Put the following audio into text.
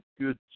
Good